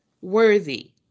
worthy